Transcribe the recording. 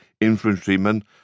infantrymen